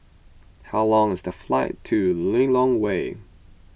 how long is the flight to Lilongwe